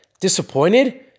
Disappointed